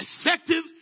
effective